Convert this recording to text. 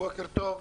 בוקר טוב,